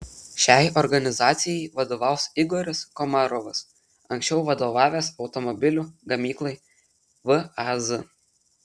šiai organizacijai vadovaus igoris komarovas anksčiau vadovavęs automobilių gamyklai vaz